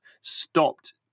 stopped